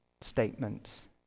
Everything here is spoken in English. statements